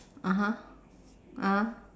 (uh huh) ah